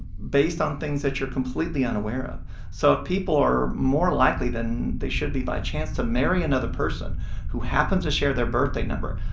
based on things that you're completely unaware of so if people are more likely than they should be by chance to marry another person who happens to share their birthday number,